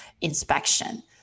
inspection